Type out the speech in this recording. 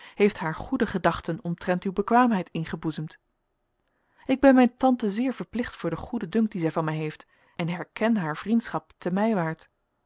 heeft haar goede gedachten omtrent uw bekwaamheid ingeboezemd ik ben mijn tante zeer verplicht voor den goeden dunk dien zij van mij heeft en herken haar vriendschap